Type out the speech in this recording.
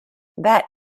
that